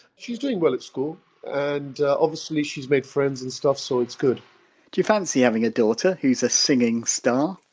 she's doing well at school and obviously she's made friends and stuff, so it's good do you fancy having a daughter who's a singing star?